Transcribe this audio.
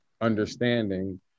understanding